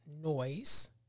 noise